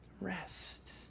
rest